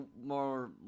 more